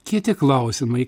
kiti klausimai